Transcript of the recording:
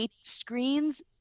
screens